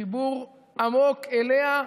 חיבור עמוק אליה,